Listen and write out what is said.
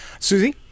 Susie